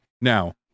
Now